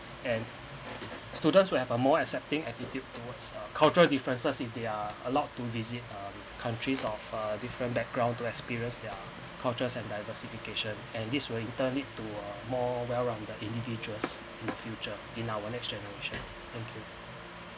and students who have a more accepting attitudes towards a cultural differences and they are allowed to visit um countries of a different background to experience their culture diversification and this will in turn it to a more well rounded individuals in the future in our next generation thank you